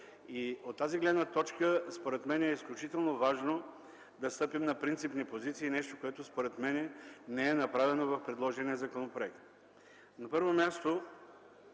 От тази гледна точка, според мен, е изключително важно да стъпим на принципни позиции – нещо, което не е направено в предложения законопроект.